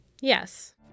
Yes